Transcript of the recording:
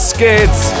Skids